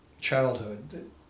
childhood